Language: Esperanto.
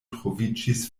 troviĝis